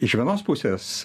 iš vienos pusės